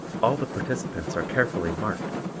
all the participants are carefully marked,